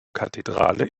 kathedrale